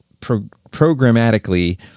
programmatically